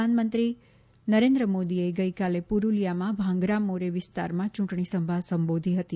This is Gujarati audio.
પ્રધાનમંત્રી નરેન્દ્ર મોદીએ ગઇકાલે પુરૂલિયામાં ભાંગરા મોરે વિસ્તારમાં યૂંટણી સભા સંબોધી હતી